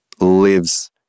lives